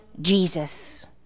Jesus